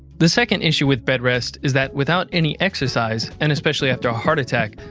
the second issue with bed rest is that without any exercise, and especially after a heart attack,